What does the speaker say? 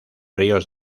ríos